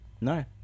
No